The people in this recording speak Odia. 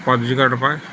ପଞ୍ଜୀକରଣ ପାଇଁ